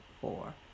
four